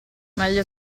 meglio